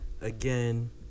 again